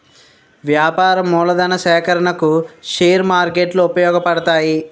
వ్యాపార మూలధన సేకరణకు షేర్ మార్కెట్లు ఉపయోగపడతాయి